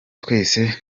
twese